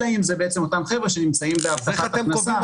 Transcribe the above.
אלא אם זה בעצם אותם חבר'ה שנמצאים בהבטחת הכנסה,